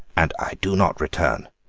and i do not return.